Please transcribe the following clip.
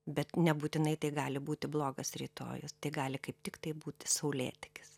bet nebūtinai tai gali būti blogas rytojus tai gali kaip tiktai būti saulėtekis